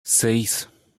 seis